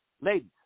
ladies